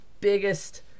biggest